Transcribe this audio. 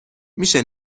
میشه